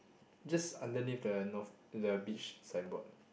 just underneath the north the beach signboard